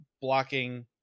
blocking